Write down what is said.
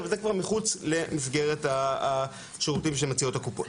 אבל זה כבר מחוץ למסגרת השירותים שמציעות הקופות.